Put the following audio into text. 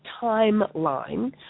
timeline